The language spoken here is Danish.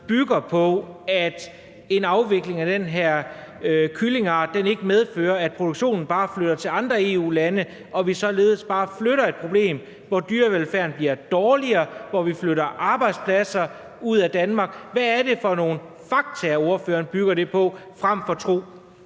bygger på, at en afvikling af den her kyllingeart ikke medfører, at produktionen bare flytter til andre EU-lande – og at vi således bare flytter et problem – hvor dyrevelfærden bliver dårligere, og hvor vi flytter arbejdspladser ud af Danmark. Hvad er det for nogle fakta, ordføreren bygger det på, frem for tro?